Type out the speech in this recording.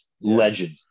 Legend